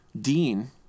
Dean